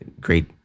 great